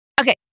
Okay